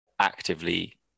actively